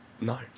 no